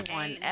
one